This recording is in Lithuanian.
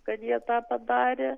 kad jie tą padarė